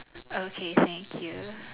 okay thank you